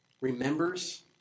remembers